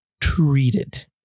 treated